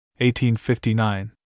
1859